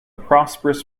prosperous